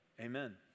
Amen